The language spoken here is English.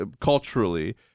culturally